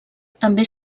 també